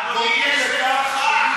אדוני, יש בטוחה,